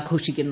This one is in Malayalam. ആഘോഷിക്കുന്നു